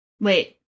Wait